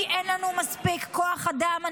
כי אין לנו מספיק כוח אדם.